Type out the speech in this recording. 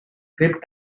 grip